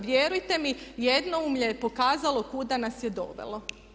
Vjerujte mi jednoumlje je pokazalo kuda nas je dovelo.